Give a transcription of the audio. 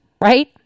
right